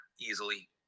easily